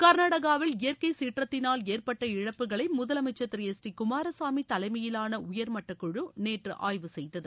கா்நாடகாவில் இயற்கை சீற்றத்தினால் ஏற்பட்ட இழப்புகளை முதலமைச்சர் திரு எஸ் டி குமாரசாமி தலைமையிலான உயர்மட்ட குழு நேற்று ஆய்வு செய்தது